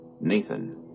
Nathan